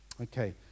okay